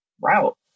route